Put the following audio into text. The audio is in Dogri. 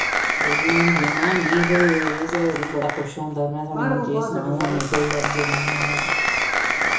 इ'यां एह् गेमां निं इद्धर रूरल एरिये च होर बी बड़ा कुछ होंदा में थोआनी हून केह् सनां हून मेरे कोल लफ्ज नी हैन हून में